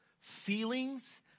feelings